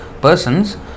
persons